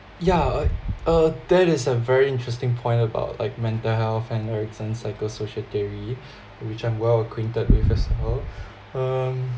yeah uh uh that is a very interesting point about like mental health and ‎Erikson's psychosocial theory which I'm well acquainted with as well um